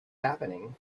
happening